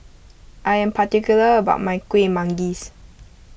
I am particular about my Kuih Manggis